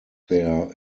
there